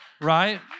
Right